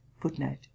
footnote